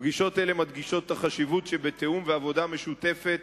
פגישות אלה מדגישות את החשיבות שבתיאום ובעבודה משותפת